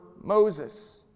Moses